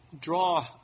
Draw